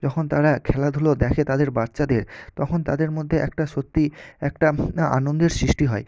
যখন তারা খেলাধুলো দেখে তাদের বাচ্চাদের তখন তাদের মধ্যে একটা সত্যিই একটা আনন্দের সৃষ্টি হয়